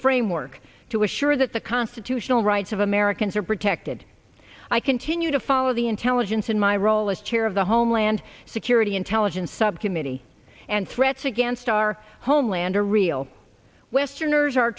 framework to assure that the constitutional rights of americans are protected i continue to follow the intelligence in my role as chair of the homeland security intelligence subcommittee and threats against our homeland are real westerners are